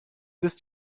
ist